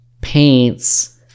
paints